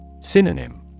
Synonym